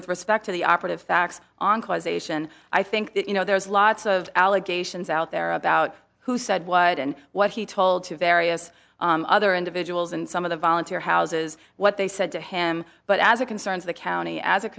with respect to the operative facts on causation i think that you know there's lots of allegations out there about who said what and what he told to various other individuals and some of the volunteer houses what they said to him but as it concerns the county as